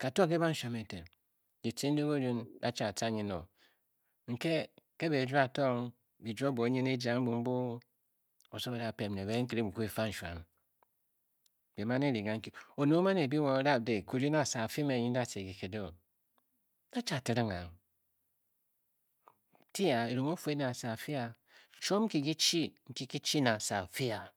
ka to ke banshuam eten ditce ndi dirun da chi a tca nyin o nke e, ke bě-e jwo atongbi jwo bo-o nyin eja ambu mbu oso o da pem ne be ke nkere mu ni koou fa nshuam bi man e-ri kanki oned o man e-jwobe o-ra dě kirum asa a fii mě nyi nda tca kiked e o, da chi atiring a, ti a kirenghe o-fu ene a sa a fii a chiom ki kichii nki kichi ne asa a fii a